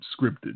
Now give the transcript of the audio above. scripted